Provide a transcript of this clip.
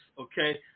okay